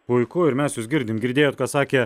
puiku ir mes jus girdim girdėjot ką sakė